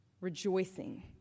rejoicing